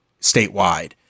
statewide